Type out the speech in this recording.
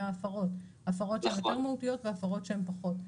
ההפרות הפרות שיותר מהותיות והפרות שהן פחות.